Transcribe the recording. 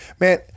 man